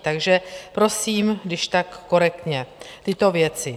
Takže prosím kdyžtak korektně tyto věci.